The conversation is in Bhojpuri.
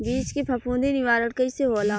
बीज के फफूंदी निवारण कईसे होला?